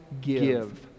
give